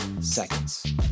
seconds